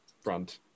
front